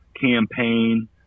campaign